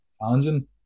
challenging